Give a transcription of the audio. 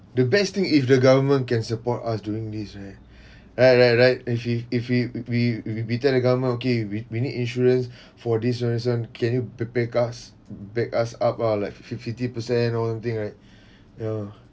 the best thing if the government can support us doing this right right right right if we if we we we we tell the government okay we we need insurance for this reason can you ba~ back us back us up ah like fi~ fifty percent or something right ya